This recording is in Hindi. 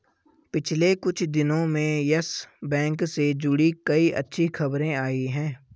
पिछले कुछ दिनो में यस बैंक से जुड़ी कई अच्छी खबरें आई हैं